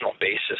basis